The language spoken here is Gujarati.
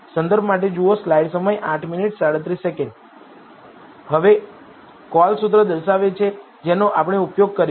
હવે કોલ સૂત્ર દર્શાવે છે જેનો આપણે ઉપયોગ કર્યો છે